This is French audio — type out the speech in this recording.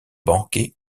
banquet